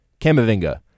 Camavinga